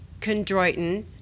chondroitin